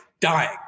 dying